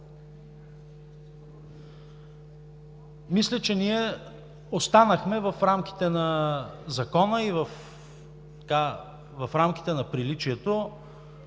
Мисля, че ние останахме в рамките на закона и в рамките на приличието